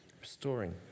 restoring